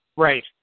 Right